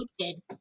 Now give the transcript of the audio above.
posted